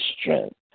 strength